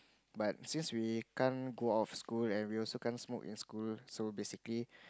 but since we can't go out of school and we also can't smoke in school so basically